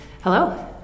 Hello